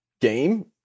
game